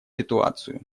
ситуацию